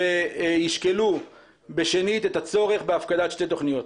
וישקלו בשנית את הצורך בהפקדת שתי תוכניות.